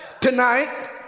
tonight